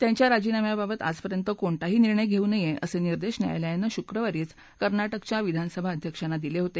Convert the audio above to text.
त्यांच्या राजिनाम्याबाबत आजपर्यंत कोणताही निर्णय घेऊ नये असे निर्देश न्यायालयानं शुक्रवारीच कर्नाटकाच्या विधानसभा अध्यक्षांना दिले होते